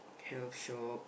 hell shop